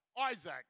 Isaac